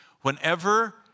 Whenever